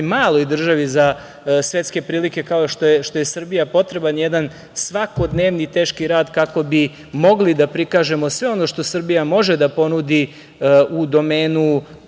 maloj državi za svetske prilike, kao što je Srbija, potreban je jedan svakodnevni teški rad, kako bi mogli da prikažemo sve ono što Srbija može da ponudi u domenu